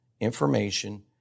information